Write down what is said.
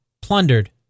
plundered